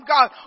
God